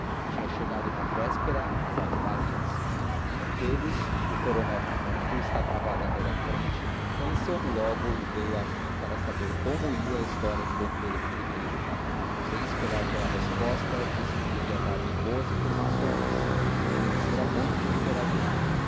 tinham chegado na véspera às ave-marias um deles o coronel raimundo estava na varanda da frente conheceu-me logo e veio a mim para saber como ia a história de pedro i sem esperar pela resposta disse que podia dar-me boas informações conhecera muito o imperador